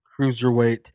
Cruiserweight